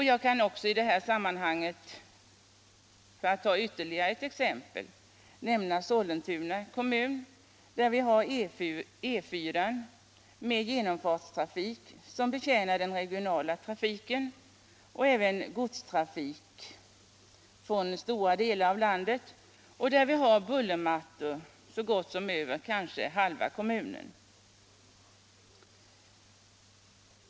Jag kan även i detta sammanhang, för att ta ytterligare ett exempel, nämna Sollentuna kommun, där vi har E 4 med genomfartstrafik som betjänar den regionala trafiken och även godstrafik från stora delar av landet och där vi har bullermattor över så gott som halva kommunen.